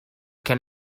can